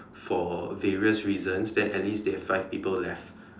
for various reasons then at least they have five people left